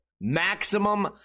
maximum